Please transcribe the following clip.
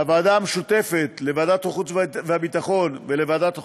והוועדה המשותפת לוועדת החוץ והביטחון ולוועדת החוקה,